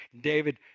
David